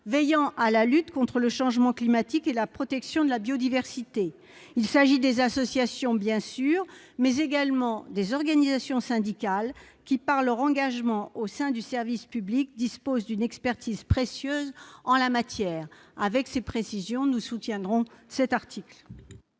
veillant à la lutte contre le changement climatique et à la protection de la biodiversité. Il s'agit des associations, bien sûr, mais également des organisations syndicales qui, par leur engagement au sein du service public, disposent d'une expertise précieuse en la matière. Avec ces précisions, nous soutiendrons cet article.